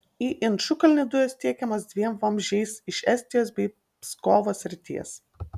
į inčukalnį dujos tiekiamos dviem vamzdžiais iš estijos bei pskovo srities